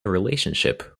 relationship